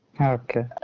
Okay